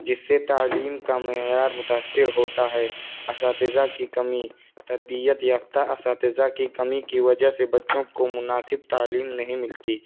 جس سے تعلیم کا معیار متاثر ہوتا ہے اساتذہ کی کمی تربیت یافتہ اساتذہ کی کمی کی وجہ سے بچوں کو مناسب تعلیم نہیں ملتی